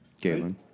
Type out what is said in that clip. Galen